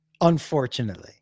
unfortunately